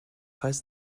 heißt